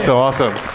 so awesome,